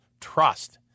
trust